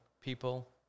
people